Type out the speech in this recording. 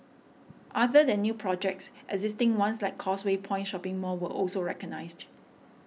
other than new projects existing ones like Causeway Point shopping mall were also recognised